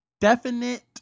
definite